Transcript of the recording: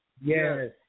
Yes